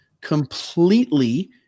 completely